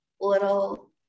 little